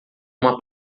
uma